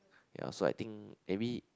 ya so I think maybe